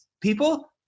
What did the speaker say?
people